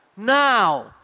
Now